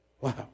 Wow